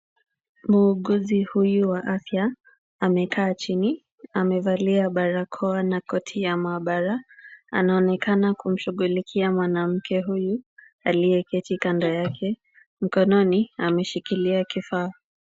Muuguzi huyu wa afya amekaa chini amevalia barakoa na koti ya maabara. Anaonekana kumshughulikia mwanamke huyu aliyeketi kando yake, mkononi ameshikilia kifaa.